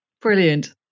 Brilliant